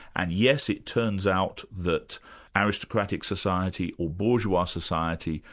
and yes, it turns out that aristocratic society or bourgeois society,